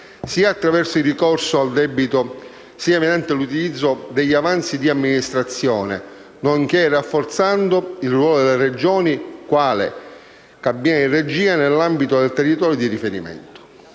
sia attraverso il ricorso al debito sia mediante l'utilizzo degli avanzi di amministrazione, nonché rafforzando il ruolo delle Regioni quale cabina di regia nell'ambito del territorio di riferimento.